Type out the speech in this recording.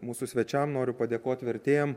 mūsų svečiam noriu padėkot vertėjam